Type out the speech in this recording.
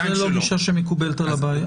זו לא גישה שמקובלת על הוועדה.